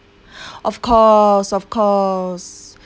of course of course